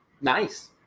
Nice